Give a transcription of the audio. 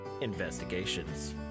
Investigations